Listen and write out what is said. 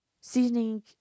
seasoning